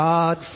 God